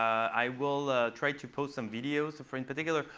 i will try to post some videos of for in particular,